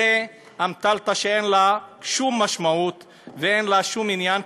זו אמתלה שאין לה שום משמעות ואין לה שום עניין,